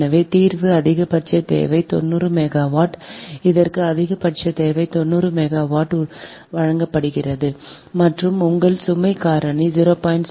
எனவே தீர்வு அதிகபட்ச தேவை 90 மெகாவாட் இதற்கு அதிகபட்ச தேவை 90 மெகாவாட் உரிமை வழங்கப்படுகிறது மற்றும் உங்கள் சுமை காரணி 0